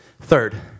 Third